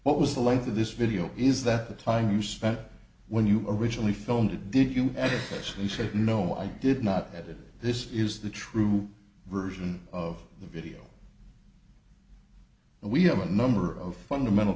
what was the length of this video is that the time you spent when you originally filmed it didn't you actually said no i did not get it this is the true version of the video and we have a number of fundamental